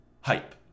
hype